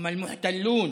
שלוש דקות לרשותך.